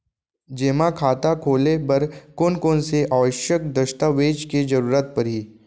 जेमा खाता खोले बर कोन कोन से आवश्यक दस्तावेज के जरूरत परही?